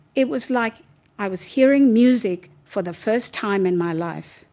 it was like i was hearing music for the first time in my life.